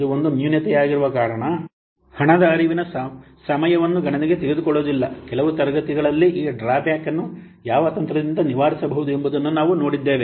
ಇದು ಒಂದು ನ್ಯೂನತೆಯಾಗಿರುವ ಕಾರಣ ಹಣದ ಹರಿವಿನ ಸಮಯವನ್ನು ಗಣನೆಗೆ ತೆಗೆದುಕೊಳ್ಳುವುದಿಲ್ಲ ಕೆಲವು ತರಗತಿಗಳಲ್ಲಿ ಈ ಡ್ರಾ ಬ್ಯಾಕ್ ಅನ್ನು ಯಾವ ತಂತ್ರದಿಂದ ನಿವಾರಿಸಬಹುದು ಎಂಬುದನ್ನು ನಾವು ನೋಡುತ್ತೇವೆ